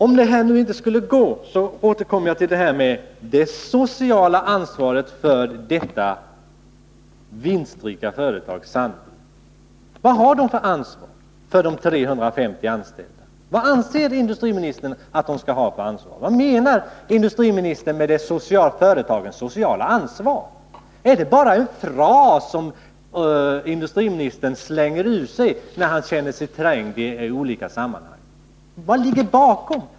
Om det här nu inte skulle gå, återkommer jag till det sociala ansvaret för det vinstrika företaget Sandvik. Vad har man där för ansvar för de 350 anställda? Vad anser industriministern att man skall ha för ansvar? Vad menar industriministern med företagens sociala ansvar? Är det bara en fras som industriministern slänger ur sig när han känner sig trängd i olika sammanhang? Vad ligger bakom?